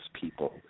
people